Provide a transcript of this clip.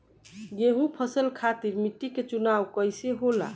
गेंहू फसल खातिर मिट्टी के चुनाव कईसे होला?